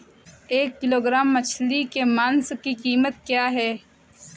एक किलोग्राम मछली के मांस की कीमत क्या है?